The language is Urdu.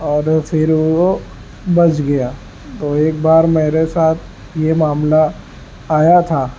اور پھر وہ بچ گیا تو ایک بار میرے ساتھ یہ معاملہ آیا تھا